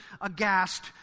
aghast